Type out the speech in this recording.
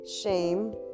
shame